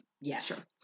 yes